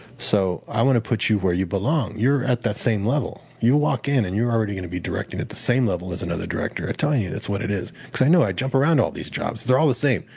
so i want to put you where you belong. you're at that same level. you walk in and you're already going to be directing at the same level as another director. i'm tell you, that's what it is. because i know i jump around all these jobs. they're all the same.